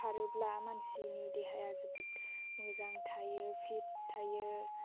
खारोब्ला मानसिनि देहाया जोबोद मोजां थायो फिथ थायो